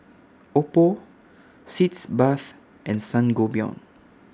Oppo Sitz Bath and Sangobion